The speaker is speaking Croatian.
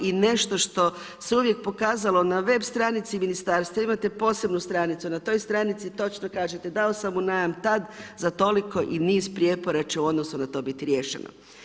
I nešto što se uvijek pokazalo na web stranici ministarstva imate posebnu stranicu, na toj stranici točno kažete, dao sam u najam tada, za toliko i niz prijepora će u odnosu na to biti riješeno.